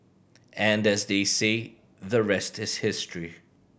and as they say the rest is history